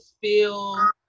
feel